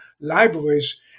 libraries